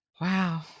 Wow